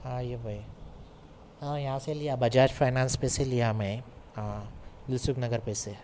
ہاں ایوب بھائی ہاں یہاں سے لیا بجاج فائننس پہ سے لیا میں ہاں یوسف نگر پہ سے